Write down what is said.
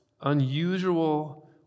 unusual